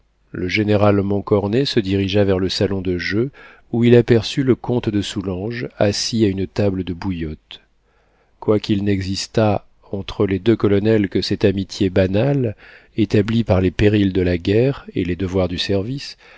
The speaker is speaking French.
le général montcornet se dirigea vers le salon de jeu où il aperçut le comte de soulanges assis à une table de bouillotte quoiqu'il n'existât entre les deux colonels que cette amitié banale établie par les périls de la guerre et les devoirs du service